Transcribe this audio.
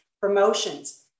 promotions